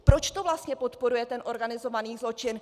Proč to vlastně podporuje ten organizovaný zločin?